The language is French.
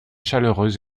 chaleureuse